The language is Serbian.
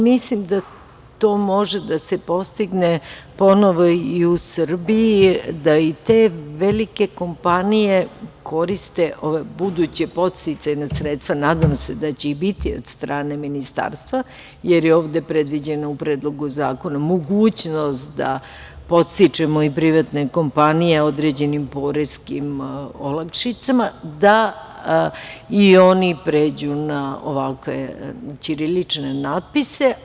Mislim da to može da se postigne ponovo i u Srbiji, da te velike kompanije koriste buduća podsticajna, nadam se da će ih biti od strane Ministarstva, jer je ovde predviđena u Predlogu zakona mogućnost da podstičemo i privatne kompanije određenim poreskim olakšicama, da i oni pređu na ovakve ćirilične natpise.